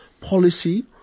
policy